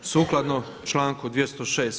Sukladno članku 206.